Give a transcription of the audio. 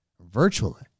virtually